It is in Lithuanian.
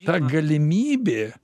ta galimybė